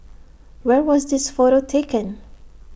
where was this photo taken